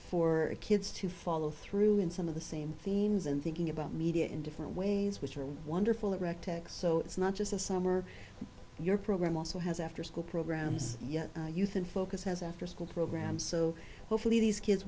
for kids to follow through and some of the same themes and thinking about media in different ways which are wonderful erect so it's not just a summer your program also has afterschool programs youth in focus has afterschool program so hopefully these kids